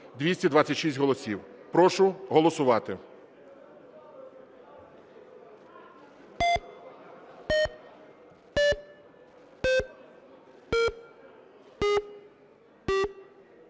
226 голосів. Прошу голосувати.